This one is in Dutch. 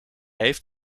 heeft